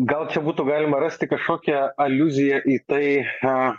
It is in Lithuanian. gal čia būtų galima rasti kažkokią aliuziją į tai ką